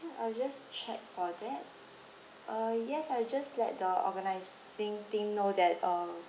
I will just check for that uh yes I'll just let the organising team know that uh